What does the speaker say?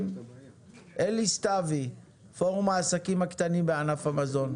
אלי סתוי, פורום העסקים הקטנים בענף המזון.